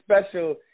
special